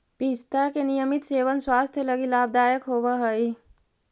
पिस्ता के नियमित सेवन स्वास्थ्य लगी लाभदायक होवऽ हई